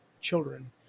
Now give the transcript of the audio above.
children